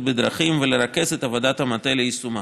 בדרכים ולרכז את עבודת המטה ליישומה.